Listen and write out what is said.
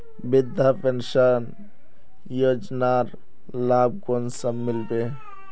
वृद्धा पेंशन योजनार लाभ कुंसम मिलबे?